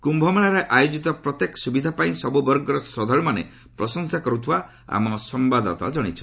କ୍ୟୁମେଳାରେ ଆୟୋଜିତ ପ୍ରତ୍ୟେକ ସୁବିଧା ପାଇଁ ସବୁ ବର୍ଗର ଶ୍ରଦ୍ଧାଳୁମାନେ ପ୍ରଶଂସା କର୍ତ୍ତିବା ଆମ ସମ୍ଘାଦଦାତା ଜଣାଇଛନ୍ତି